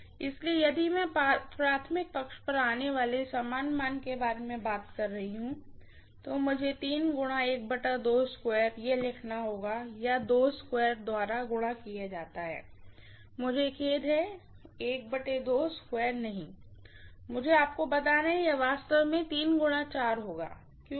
इसलिए यदि मैं प्राइमरीसाइड पर आने वाले समान मान के बारे में बात कर रही हूँ तो मुझे यह लिखना होगा या द्वारा गुणा किया जाता है मुझे खेद है नहीं मुझे आपको बताना है तो यह वास्तव में होगा चूंकि